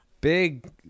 Big